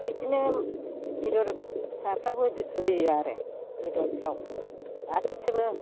बिदिनो बेदर फिसाफ्रावबो होजो होयो आरो बेदरफ्राव गासिबो